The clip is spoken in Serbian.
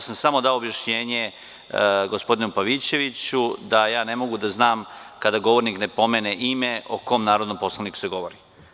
Samo sam dao objašnjenje gospodinu Pavićeviću da ja ne mogu da znam kada govornik ne pomene ime o kom narodnom poslaniku se govori.